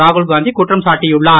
ராகுல்காந்தி குற்றம் சாட்டியுள்ளார்